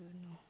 don't know